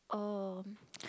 um